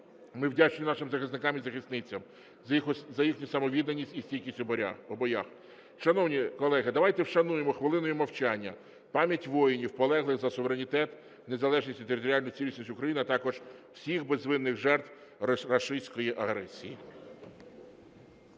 Ми вдячні нашим захисникам і захисницям за їхню самовідданість і стійкість у боях. Шановні колеги, давайте вшануємо хвилиною мовчання пам'ять воїнів, полеглих за суверенітет, незалежність і територіальну цілісність України, а також всіх безвинних жертв рашистської агресії.